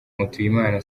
mutuyimana